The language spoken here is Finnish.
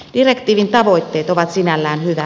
direktiivin tavoitteet ovat sinällään hyvät